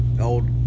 old